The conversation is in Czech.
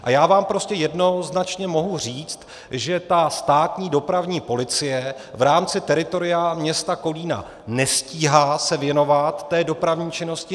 A já vám prostě jednoznačně mohu říct, že státní dopravní policie v rámci teritoria města Kolína nestíhá se věnovat té dopravní činnosti.